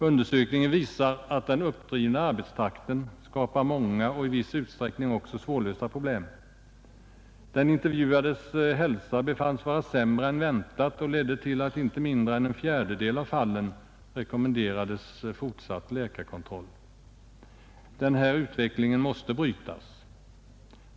Undersökningen visar att den uppdrivna arbetstakten skapar många och i viss utsträckning också svårlösta problem. De intervjuades hälsa "befanns vara sämre än väntat och ledde till att inte mindre än en fjärdedel av fallen rekommenderades fortsatt läkarkontroll. Denna utveckling måste brytas.